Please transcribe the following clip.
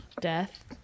Death